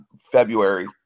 February